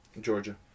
Georgia